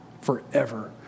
forever